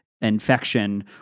infection